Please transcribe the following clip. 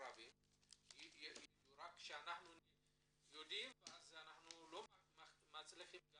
אנחנו לא נחביא את